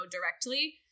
directly